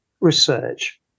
research